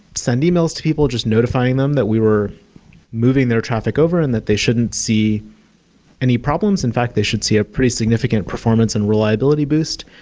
send emails to people just notifying them that were moving their traffic over and that they shouldn't see any problems. in fact, they should see a pretty significant performance and reliability boost.